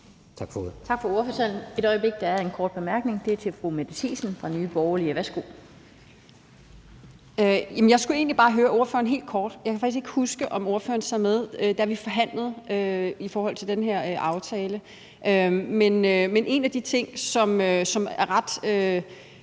Tak for ordførertalen. Der er en kort bemærkning til fru Mette Thiesen fra Nye Borgerlige. Værsgo. Kl. 12:12 Mette Thiesen (NB): Jeg skulle egentlig bare høre ordføreren om noget helt kort. Jeg kan faktisk ikke huske, om ordføreren sad med, da vi forhandlede i forhold til den her aftale. Men en af de ting, som i